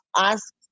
ask